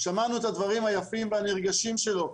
שמענו את הדברים היפים והנרגשים שלו,